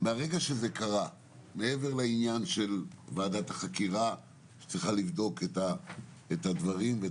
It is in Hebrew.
מעבר לנושא של ועדת החקירה שצריכה לעשות את עבודה,